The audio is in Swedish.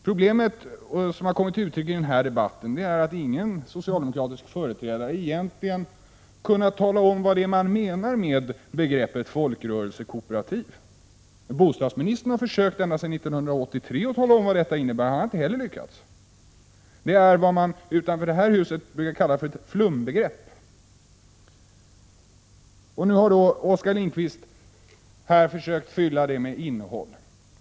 Problemet som har kommit till uttryck i denna debatt är att ingen socialdemokratisk företrädare egentligen kan tala om vad man menar med begreppet folkrörelsekooperativ. Bostadsministern har försökt ända sedan 1983 att tala om vad detta innebär. Han har inte heller lyckats. Det är vad man utanför detta hus brukar kalla för ett flumbegrepp. Nu har Oskar Lindkvist här försökt att fylla det begreppet med innehåll.